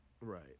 Right